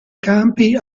campi